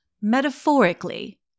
Metaphorically